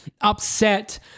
upset